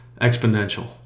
exponential